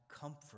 comfort